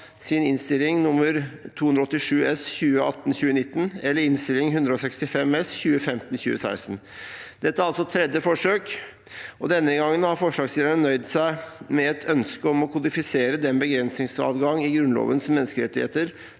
Innst. 287 S for 2018–2019 eller Innst. 165 S for 2015– 2016. Dette er altså tredje forsøk, og denne gangen har forslagsstillerne nøyd seg med et ønske om å kodifisere den begrensningsadgang i Grunnlovens menneskerettigheter